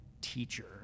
teacher